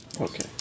Okay